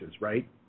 right